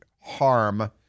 harm